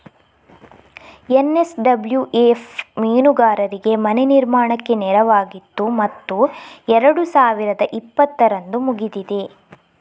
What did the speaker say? NSWF ಮೀನುಗಾರರಿಗೆ ಮನೆ ನಿರ್ಮಾಣಕ್ಕೆ ನೆರವಾಗಿತ್ತು ಮತ್ತು ಎರಡು ಸಾವಿರದ ಇಪ್ಪತ್ತರಂದು ಮುಗಿದಿದೆ